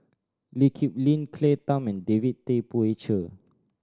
Lee Kip Lin Claire Tham and David Tay Poey Cher